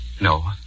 No